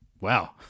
Wow